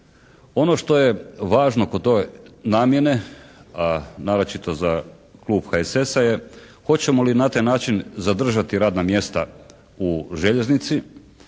Ono što je važno kod te namjene, a naročito za klub HSS-a je, hoćemo li na taj način zadržati radna mjesta u željeznici